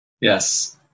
yes